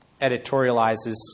editorializes